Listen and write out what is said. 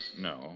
No